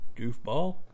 Goofball